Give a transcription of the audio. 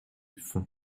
fond